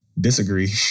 Disagree